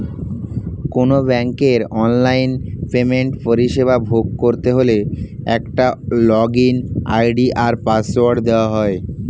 কোনো ব্যাংকের অনলাইন পেমেন্টের পরিষেবা ভোগ করতে হলে একটা লগইন আই.ডি আর পাসওয়ার্ড দেওয়া হয়